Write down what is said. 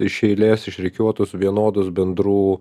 iš eilės išrikiuotus vienodus bendrų